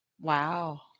Wow